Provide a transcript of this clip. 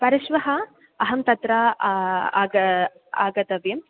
परश्वः अहं तत्र आग आगन्तव्या